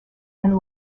and